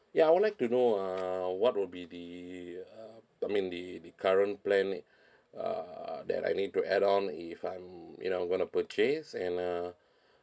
ya I would like to know uh what would be the uh I mean the the current plan uh that I need to add on if I'm you know going to purchase and uh